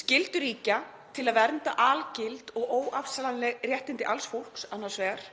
skyldur ríkja til að vernda algild og óafsalanleg réttindi alls fólks annars vegar